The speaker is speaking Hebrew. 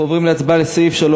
אנחנו עוברים להצבעה על הסתייגות